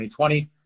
2020